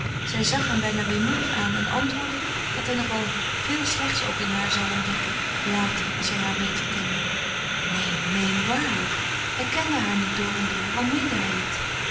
zij zag hem bijna weemoedig aan en antwoordde dat hij nog wel veel slechts ook in haar zou ontdekken later als hij haar beter kende neen neen waarlijk hij kende haar niet door en door al meende hij het